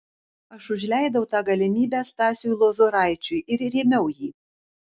aš užleidau tą galimybę stasiui lozoraičiui ir rėmiau jį